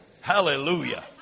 Hallelujah